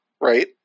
right